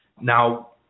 Now